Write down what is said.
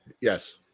Yes